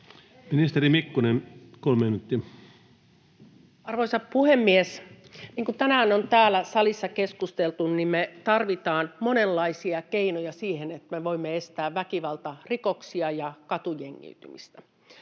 Ministeri Mikkonen, kolme minuuttia. Arvoisa puhemies! Niin kuin tänään on täällä salissa keskusteltu, tarvitaan monenlaisia keinoja siihen, että me voimme estää väkivaltarikoksia ja katujengiytymistä.